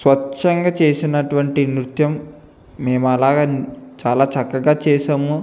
స్వచ్ఛంగా చేసినటువంటి నృత్యం మేము అలాగ చాలా చక్కగా చేశాము